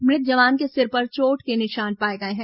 मृत जवान के सिर पर चोट के निशान पाए गए हैं